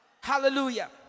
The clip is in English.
hallelujah